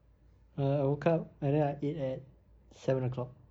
err I woke up and then I eat at seven o'clock